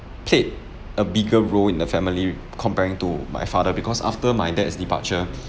played a bigger role in the family comparing to my father because after my dad's departure